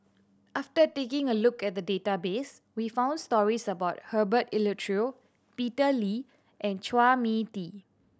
after taking a look at the database we found stories about Herbert Eleuterio Peter Lee and Chua Mee Tee